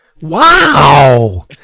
Wow